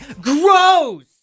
Gross